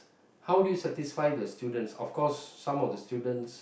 how do you satisfy the students of course some of the students